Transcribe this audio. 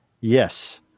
yes